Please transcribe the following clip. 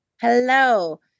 Hello